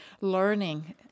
learning